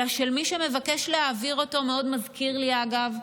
אלא של מי שמבקש להעביר אותו, מאוד מזכיר לי, אגב,